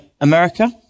America